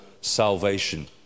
salvation